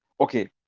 okay